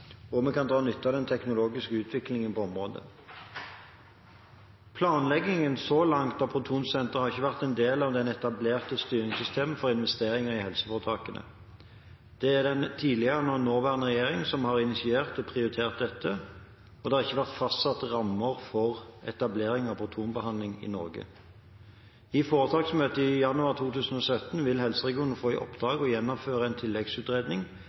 og vi kan dra nytte av den teknologiske utviklingen på området. Planleggingen så langt av protonsentre har ikke vært en del av det etablerte styringssystemet for investeringer i helseforetakene. Det er den tidligere og nåværende regjeringen som har initiert og prioritert dette, og det har ikke vært fastsatt rammer for etablering av protonbehandling i Norge. I foretaksmøtet i januar 2017 vil helseregionene få i oppdrag å gjennomføre en tilleggsutredning,